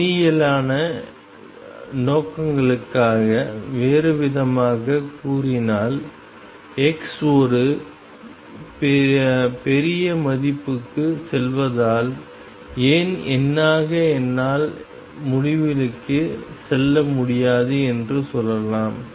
எண்ணியலான நோக்கங்களுக்காக வேறுவிதமாகக் கூறினால் x ஒரு பெரிய மதிப்புக்குச் செல்வதால் ஏன் எண்ணாக என்னால் முடிவிலிக்குச் செல்ல முடியாது என்று சொல்லலாம்